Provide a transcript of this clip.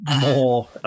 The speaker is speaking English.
more